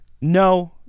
no